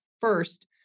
first